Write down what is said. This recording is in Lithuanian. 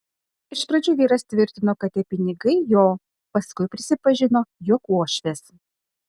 iš pradžių vyras tvirtino kad tie pinigai jo paskui prisipažino jog uošvės